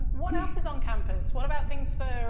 what else is on campus, what about things for,